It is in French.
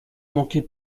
manquez